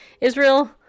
Israel